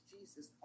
Jesus